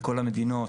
בכל המדינות,